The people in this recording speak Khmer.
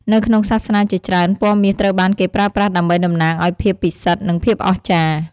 នៅក្នុងសាសនាជាច្រើន ពណ៌មាសត្រូវបានគេប្រើប្រាស់ដើម្បីតំណាងឱ្យភាពពិសិដ្ឋ និងភាពអស្ចារ្យ។